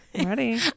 ready